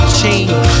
change